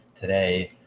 today